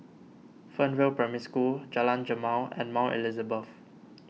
Fernvale Primary School Jalan Jamal and Mount Elizabeth